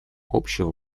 общего